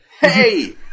Hey